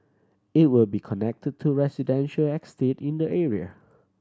it will be connected to residential estate in the area